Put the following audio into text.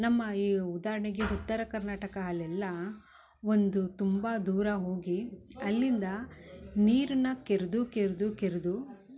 ನಮ್ಮ ಈ ಉದಾಹರ್ಣೆಗೆ ಉತ್ತರ ಕರ್ನಾಟಕ ಅಲ್ಲೆಲ್ಲ ಒಂದು ತುಂಬ ದೂರ ಹೋಗಿ ಅಲ್ಲಿಂದ ನೀರನ್ನ ಕೆರೆದು ಕೆರೆದು ಕೆರೆದು